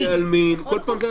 היו בתי עלמין, כל פעם היה משהו.